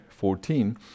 14